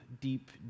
deep